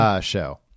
show